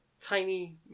tiny